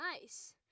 nice